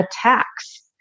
attacks